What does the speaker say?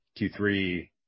Q3